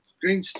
green